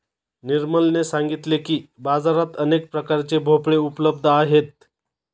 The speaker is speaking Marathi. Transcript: निर्मलने सांगितले की, बाजारात अनेक प्रकारचे भोपळे उपलब्ध आहेत